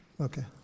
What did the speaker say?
okay